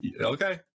okay